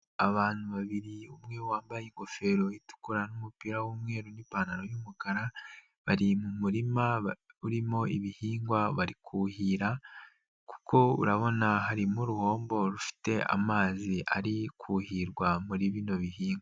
Abantu babiri umwe wambaye ingofero itukura n'umupira w'umweru n'ipantaro y'umukara ,bari mu murima urimo ibihingwa, bari kuhira kuko urabona harimo uruhombo rufite amazi ari kuhirwa muri bino bihingwa.